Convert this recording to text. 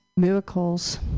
miracles